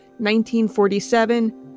1947